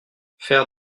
faire